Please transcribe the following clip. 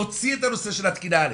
להוציא את הנושא של התקינה.